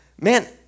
man